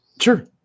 Sure